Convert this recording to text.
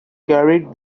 carried